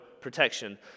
protection